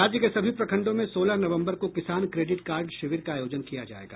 राज्य के सभी प्रखंडों में सोलह नवम्बर को किसान क्रेडिट कार्ड शिविर का आयोजन किया जायेगा